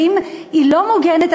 ואם היא לא מוגנת,